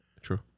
True